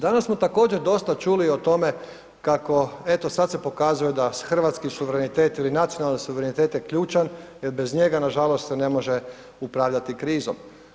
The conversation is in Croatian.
Danas smo također dosta čuli o tome kako eto sad se pokazuje da hrvatski suverenitet ili nacionalni suverenitet je ključan jel bez njega nažalost se ne može upravljati krizom.